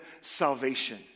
salvation